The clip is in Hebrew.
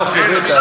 תוך כדי,